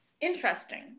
interesting